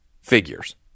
figures